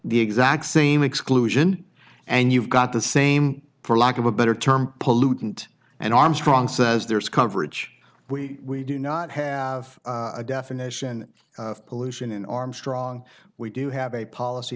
the exact same exclusion and you've got the same for lack of a better term pollutant and armstrong says there is coverage we do not have a definition of pollution in armstrong we do have a policy